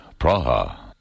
Praha